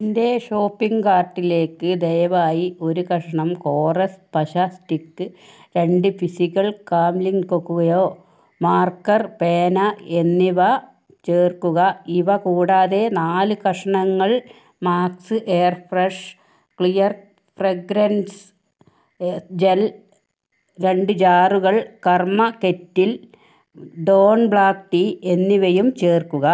എന്റെ ഷോപ്പിംഗ് കാർട്ടിലേക്ക് ദയവായി ഒരു കഷ്ണം കോറെസ് പശ സ്റ്റിക്ക് രണ്ട് പി സികൾ കാംലിൻ കൊക്കുഗയോ മാർക്കർ പേന എന്നിവ ചേർക്കുക ഇവ കൂടാതെ നാല് കഷ്ണങ്ങൾ max air fresh clear fragrance gel രണ്ട് ജാറുകൾ Karma kettle dawn black tea എന്നിവയും ചേർക്കുക